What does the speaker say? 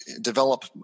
develop